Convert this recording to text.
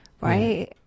right